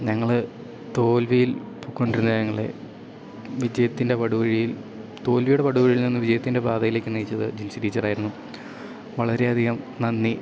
ഞങ്ങൾ തോൽവിയിൽ പൊയ്ക്കൊണ്ടിരുന്ന ഞങ്ങളെ വിജയത്തിൻ്റെ പടുകുഴിയിൽ തോൽവിയുടെ പടു കുഴിയിൽ നിന്ന് വിജയത്തിൻ്റെ പാതയിലേക്ക് നയിച്ചത് ജിൻസി ടീച്ചറായിരുന്നു വളരെയധികം നന്ദി